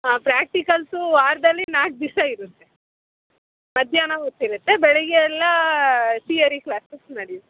ಹಾಂ ಪ್ರಾಕ್ಟಿಕಲ್ಸು ವಾರದಲ್ಲಿ ನಾಲ್ಕು ದಿವ್ಸ ಇರುತ್ತೆ ಮಧ್ಯಾಹ್ನ ಹೊತ್ತಿರುತ್ತೆ ಬೆಳಿಗ್ಗೆಯೆಲ್ಲ ತಿಯರಿ ಕ್ಲಾಸಸ್ ನಡಿಯುತ್ತೆ